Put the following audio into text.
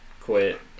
quit